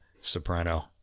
soprano